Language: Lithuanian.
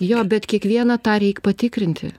jo bet kiekvieną tą reik patikrinti